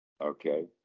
Okay